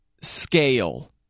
scale